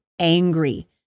angry